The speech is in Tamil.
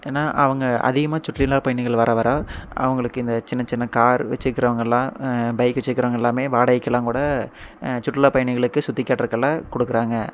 ஏன்னா அவங்க அதிகமாக சுற்றுலா பயணிகள் வர வர அவங்களுக்கு இந்த சின்ன சின்ன கார் வச்சுருக்கிறவங்களாம் பைக் வச்சிருக்கிறவங்க எல்லாமே வாடகைகெல்லாம் கூட சுற்றுலா பயணிகளுக்கு சுத்தி காட்றக்கெல்லாம் கொடுக்குறாங்க